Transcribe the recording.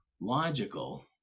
logical